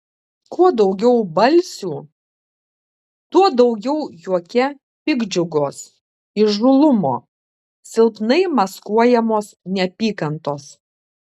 kuo daugiau balsių tuo daugiau juoke piktdžiugos įžūlumo silpnai maskuojamos neapykantos